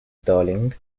darling